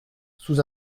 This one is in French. sous